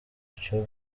icyo